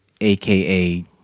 aka